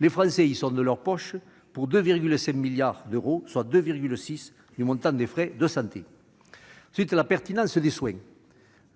les Français y sont de leur poche pour 2,7 milliards d'euros, soit 2,6 % du montant des frais de santé. En ce qui concerne ensuite la pertinence des soins,